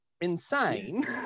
insane